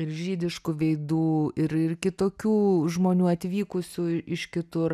ir žydiškų veidų ir ir kitokių žmonių atvykusių iš kitur